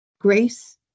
grace